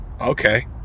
okay